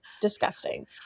Disgusting